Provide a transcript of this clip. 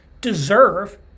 deserve